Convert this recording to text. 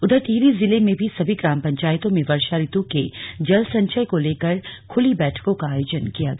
उधर टिहरी जिले में भी सभी ग्राम पंचायतों में वर्षा ऋतु के जल संचय को लेकर खुली बैठकों का आयोजन किया गया